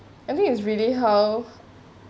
I think it's really how